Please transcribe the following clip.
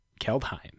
Keldheim